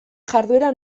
jarduera